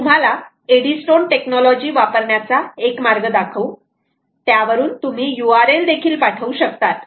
आम्ही तुम्हाला Eddystone technology वापरण्याचा एक मार्ग दाखवू त्यावरून तुम्ही URL देखील पाठवू शकतात